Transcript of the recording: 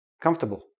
Comfortable